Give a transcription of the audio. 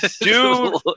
dude